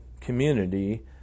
community